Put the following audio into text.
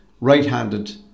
right-handed